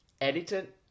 edited